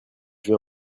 veux